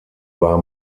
war